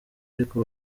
ariko